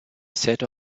set